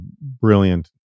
brilliant